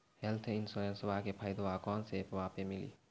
Health इंश्योरेंसबा के फायदावा कौन से ऐपवा पे मिली?